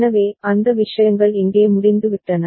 எனவே அந்த விஷயங்கள் இங்கே முடிந்துவிட்டன